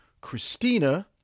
Christina